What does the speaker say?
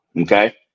Okay